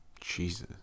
Jesus